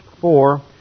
four